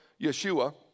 Yeshua